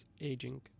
aging